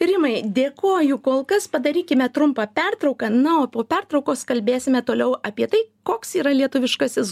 rimai dėkoju kol kas padarykime trumpą pertrauką na o po pertraukos kalbėsime toliau apie tai koks yra lietuviškasis